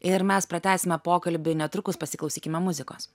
ir mes pratęsime pokalbį netrukus pasiklausykime muzikos